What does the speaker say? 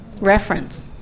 reference